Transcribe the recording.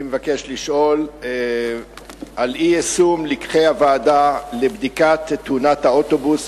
אני מבקש לשאול על אי-יישום לקחי הוועדה לבדיקת תאונת האוטובוס,